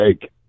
take